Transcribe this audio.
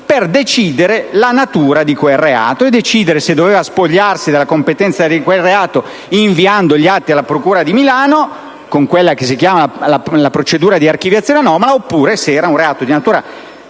per decidere sulla natura di quel reato: se avesse dovuto spogliarsi della competenza di quel reato inviando gli atti alla procura di Milano, con la cosiddetta procedura di archiviazione anomala, oppure se si trattava di un reato di natura